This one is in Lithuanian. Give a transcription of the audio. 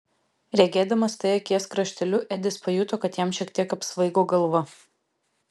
regėdamas tai akies krašteliu edis pajuto kad jam šiek tiek apsvaigo galva